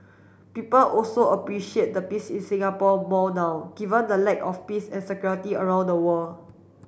people also appreciate the peace in Singapore more now given the lack of peace and security around the world